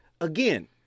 again